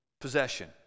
possession